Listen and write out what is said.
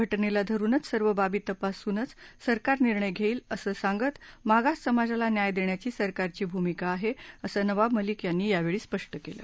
घटनेला धरूनच सर्व बाबी तपासूनच सरकार निर्णय घेईल असं सांगत मागास समाजाला न्याय देण्याची सरकारची भूमिका आहे असं नवाब मलिक यांनी यावेळी स्पष्ट केलं